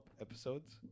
episodes